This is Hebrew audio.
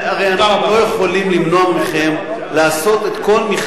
הרי אנחנו לא יכולים למנוע מכם לעשות את כל מכלול